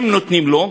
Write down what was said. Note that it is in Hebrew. אם נותנים לו,